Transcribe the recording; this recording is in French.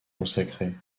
consacrées